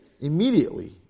Immediately